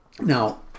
now